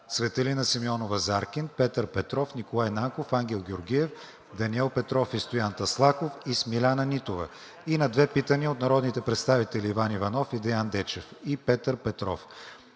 Цветелина Симеонова-Заркин; Петър Петров; Николай Нанков; Ангел Георгиев, Даниел Петров и Стоян Таслаков; и Смиляна Нитова и на две питания от народните представители Иван Иванов, Деян Дечев и Петър Петров;